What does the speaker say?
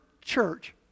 church